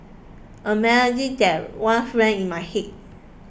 a melody that once rang in my head